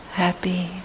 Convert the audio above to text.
happy